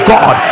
God